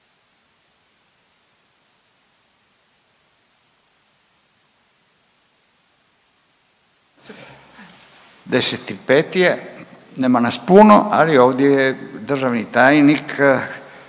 je, nema nas puno ali ovdje je državni tajnik